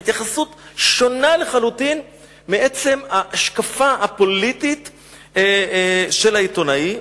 התייחסות שונה לחלוטין מעצם ההשקפה הפוליטית של העיתונאי.